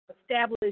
establish